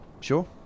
Sure